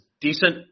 decent